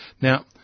Now